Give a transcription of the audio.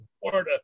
Florida